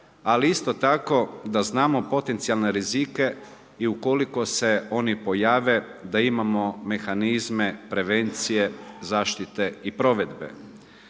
ali isto tako da znamo potencijalne rizike i ukoliko se oni pojave, da imamo mehanizme prevencije zaštite i provedbe.